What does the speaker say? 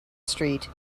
street